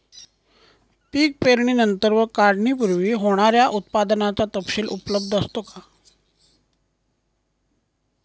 पीक पेरणीनंतर व काढणीपूर्वी होणाऱ्या उत्पादनाचा तपशील उपलब्ध असतो का?